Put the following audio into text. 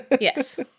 Yes